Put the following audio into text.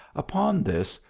upon this,